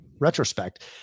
retrospect